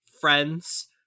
friends